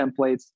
templates